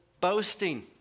boasting